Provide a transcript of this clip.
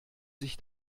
sich